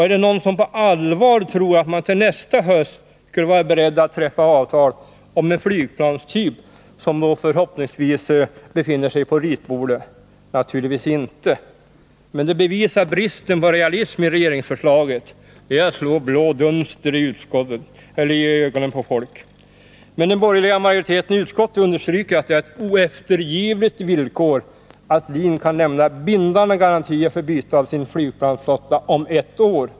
Är det någon som på allvar tror att man till nästa höst skulle vara beredd att träffa avtal om en flygplanstyp som då förhoppningsvis befinner sig på ritbordet? Naturligtvis inte. Men det bevisar bristen på realism i regeringsförslaget. Det är att slå blå dunster i ögonen på folk. Men den borgerliga majoriteten i utskottet understryker att det är ett oeftergivligt villkor att LIN kan lämna bindande garantier för byte av sin flygplansflotta om ett år.